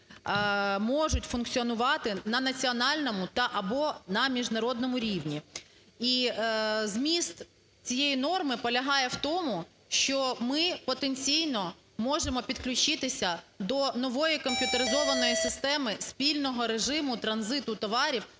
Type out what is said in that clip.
можуть функціонувати на національному та/або на міжнародному рівні. І зміст цієї норми полягає в тому, що ми потенційно можемо підключитися до нової комп'ютеризованої системи спільного режиму транзиту товарів